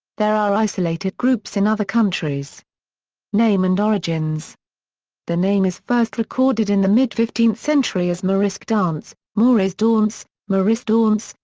there are isolated groups in other countries name and origins the name is first recorded in the mid fifteenth century as morisk dance, moreys daunce, morisse daunce,